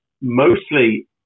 mostly